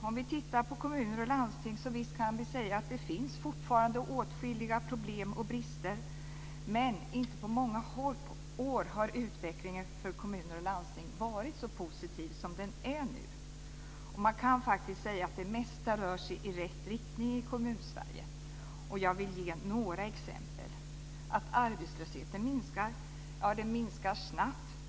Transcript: Om vi tittar på kommuner och landsting så kan vi naturligtvis säga att det fortfarande finns åtskilliga problem och brister. Men inte på många år har utvecklingen för kommuner och landsting varit så positiv som den är nu. Och man kan faktiskt säga att det mesta rör sig i rätt riktning i Kommunsverige. Och jag vill ge några exempel. Arbetslösheten minskar, och den minskar snabbt.